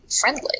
friendly